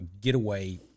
getaway